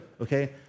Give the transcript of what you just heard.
Okay